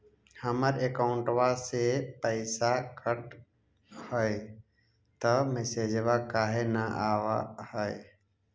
हमर अकौंटवा से पैसा कट हई त मैसेजवा काहे न आव है?